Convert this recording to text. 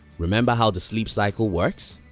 remember how the sleep cycle works?